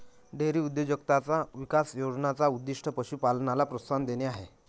dairy उद्योजकताचा विकास योजने चा उद्दीष्ट पशु पालनाला प्रोत्साहन देणे आहे